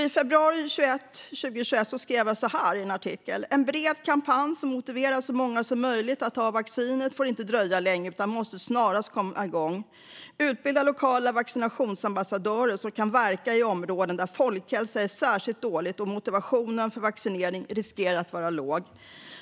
I februari 2021 skrev jag så här i en artikel: "En bred kampanj som motiverar så många som möjligt att ta vaccinet får inte dröja längre, utan måste snarast komma igång. Utbilda lokala vaccinationsambassadörer som kan verka i områden där folkhälsan är särskilt dålig och motivationen för vaccinering riskerar att vara låg.